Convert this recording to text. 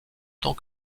tant